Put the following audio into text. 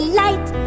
light